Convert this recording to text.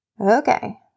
Okay